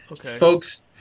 folks